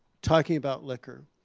talking about liquor.